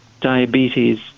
diabetes